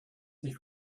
sich